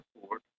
support